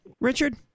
Richard